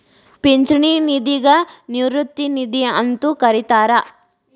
ಪಿಂಚಣಿ ನಿಧಿಗ ನಿವೃತ್ತಿ ನಿಧಿ ಅಂತೂ ಕರಿತಾರ